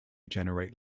generate